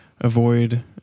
avoid